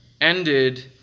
ended